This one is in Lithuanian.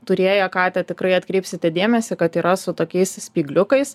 turėjo katę tikrai atkreipsite dėmesį kad yra su tokiais spygliukais